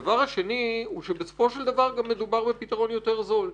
הדבר השני הוא שבסופו של דבר גם מדובר בפתרון יותר זול.